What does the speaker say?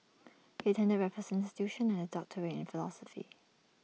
he attended Raffles institution and has A doctorate in philosophy